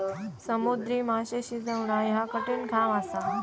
समुद्री माशे शिजवणा ह्या कठिण काम असा